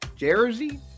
Jersey